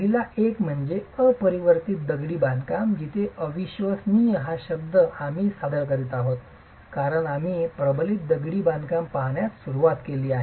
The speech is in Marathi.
पहिला एक म्हणजे अपरिवर्तित दगडी बांधकाम जिथे अविश्वसनीय शब्द हा आम्ही सादर करीत आहोत कारण आम्ही प्रबलित दगडी बांधकाम पाहण्यास सुरुवात केली आहे